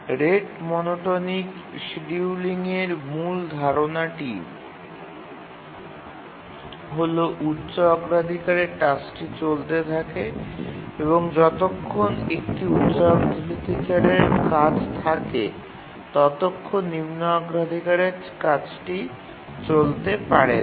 rate monotonic শিডিয়ুলিংয়ের মূল ধারণাটি হল উচ্চ অগ্রাধিকারের টাস্কটি চলতে থাকে এবং যতক্ষণ একটি উচ্চ অগ্রাধিকারের কাজ থাকে ততক্ষণ নিম্ন অগ্রাধিকারের কাজটি চলতে পারে না